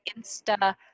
Insta